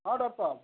हाँ डॉक्टर साहब